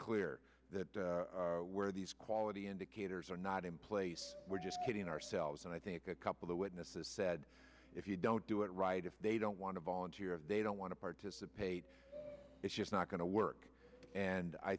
clear that where these quality indicators are not in place we're just kidding ourselves and i think a couple of witnesses said if you don't do it right if they don't want to volunteer they don't want to participate it's just not going to work and i